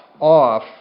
off